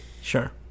sure